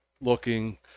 looking